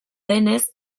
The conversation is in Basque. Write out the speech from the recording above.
denez